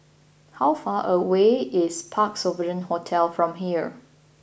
how far away is Parc Sovereign Hotel from here